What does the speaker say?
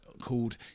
called